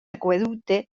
aqüeducte